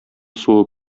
суы